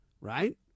right